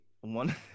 one